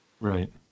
Right